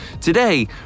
Today